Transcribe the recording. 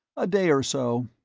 a day or so.